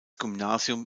gymnasium